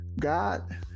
God